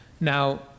Now